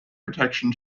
protection